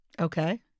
Okay